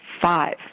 five